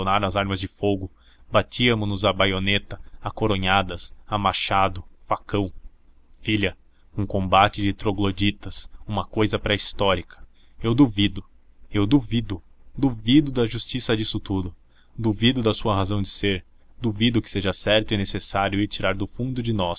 abandonaram as armas de fogo batíamo nos à baioneta a coronhadas a machado a facão filha um combate de trogloditas uma cousa pré histórica eu duvido eu duvido duvido da justiça disso tudo duvido da sua razão de ser duvido que seja certo e necessário ir tirar do fundo de nós